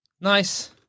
Nice